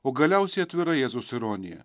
o galiausiai atvira jėzaus ironija